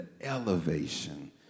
elevation